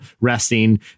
resting